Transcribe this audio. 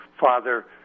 Father